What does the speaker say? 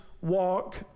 walk